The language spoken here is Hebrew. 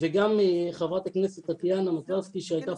וגם חברת הכנסת טטיאנה מזרסקי שהייתה